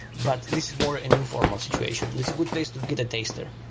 but this is more an informal situation. it's a good place to get a taster.